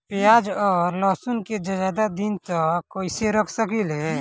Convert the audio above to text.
प्याज और लहसुन के ज्यादा दिन तक कइसे रख सकिले?